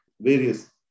various